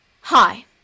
hi